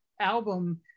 album